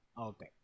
Okay